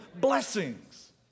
blessings